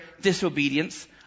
disobedience